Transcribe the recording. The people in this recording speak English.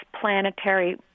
planetary